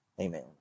Amen